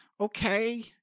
okay